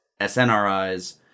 SNRIs